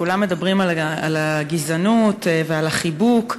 כולם על הגזענות ועל החיבוק,